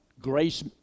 grace